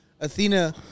Athena